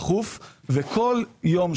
מתוך חמשת המרכיבים שהצגתם פה,